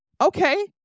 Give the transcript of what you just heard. Okay